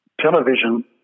television